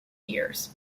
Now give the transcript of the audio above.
years